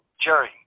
Jerry